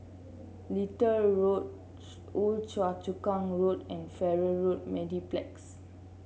Little Road Old Choa Chu Kang Road and Farrer Road Mediplex